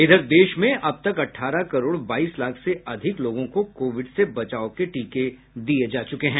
इधर देश में अब तक अठारह करोड़ बाईस लाख से अधिक लोगों को कोविड से बचाव के टीके दिये जा चुके हैं